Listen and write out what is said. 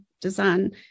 design